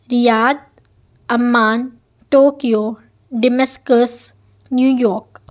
Riyadh Amman Tokyo Damascus New York